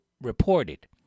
reported